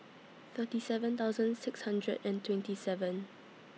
thirty seven thousand six hundred and twenty seven